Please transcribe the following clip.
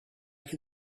can